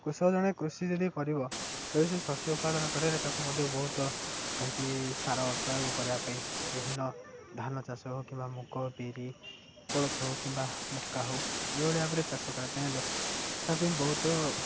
କୃଷକ ଜଣେ କୃଷି ଯଦି କରିବ ତେବେ ସେ ଶସ୍ୟ ଉତ୍ପାଦନ କରିବାରେ ତାକୁ ମଧ୍ୟ ବହୁତ ଯାହାକି ସାର ପ୍ରୟୋଗ କରିବା ପାଇଁ ବିଭିନ୍ନ ଧାନ ଚାଷ ହଉ କିମ୍ବା ମୁଗ ବିରି କୋଳଥ ହଉ କିମ୍ବା ମକା ହଉ ଏଇଭଳି ଭାବରେ ଚାଷ କରିବା ପାଇଁ ହେଲେ ତା ପାଇଁ ବହୁତ